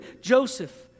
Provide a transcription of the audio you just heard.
Joseph